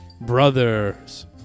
Brothers